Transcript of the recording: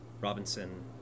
Robinson